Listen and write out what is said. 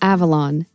Avalon